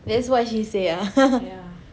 that's what she say ah